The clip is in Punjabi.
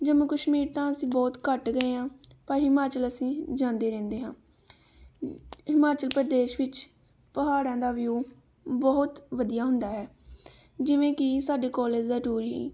ਜੰਮੂ ਕਸ਼ਮੀਰ ਤਾਂ ਅਸੀਂ ਬਹੁਤ ਘੱਟ ਗਏ ਹਾਂ ਪਰ ਹਿਮਾਚਲ ਅਸੀਂ ਜਾਂਦੇ ਰਹਿੰਦੇ ਹਾਂ ਹਿਮਾਚਲ ਪ੍ਰਦੇਸ਼ ਵਿੱਚ ਪਹਾੜਾਂ ਦਾ ਵਿਊ ਬਹੁਤ ਵਧੀਆ ਹੁੰਦਾ ਹੈ ਜਿਵੇਂ ਕਿ ਸਾਡੇ ਕੋਲਜ ਦਾ ਟੂਰ ਹੀ